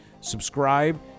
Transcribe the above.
Subscribe